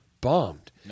bombed